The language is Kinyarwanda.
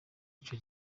ico